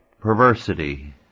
Perversity